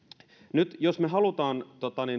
nyt jos me haluamme